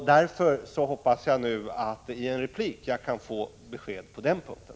Därför hoppas jag att jag nu i en replik kan få besked på den punkten.